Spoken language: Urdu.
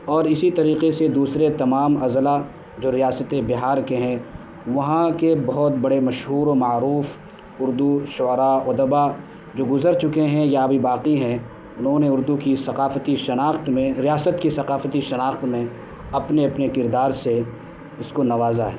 اور اسی طریقے سے دوسرے تمام اضلاع جو ریاستِ بہار کے ہیں وہاں کے بہت بڑے مشہور و معروف اردو شعرا ادبا جو گزر چکے ہیں یا ابھی باقی ہیں انہوں نے اردو کی ثقافتی شناخت میں ریاست کی ثقافتی شناخت میں اپنے اپنے کردار سے اس کو نوازا ہے